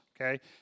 Okay